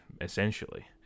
essentially